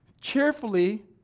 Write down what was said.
cheerfully